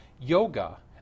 yoga